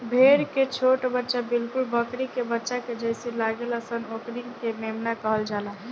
भेड़ के छोट बच्चा बिलकुल बकरी के बच्चा के जइसे लागेल सन ओकनी के मेमना कहल जाला